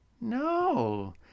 No